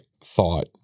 thought